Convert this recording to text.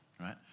right